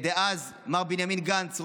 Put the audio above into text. דאז מר בנימין גנץ,